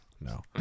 No